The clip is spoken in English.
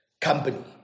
company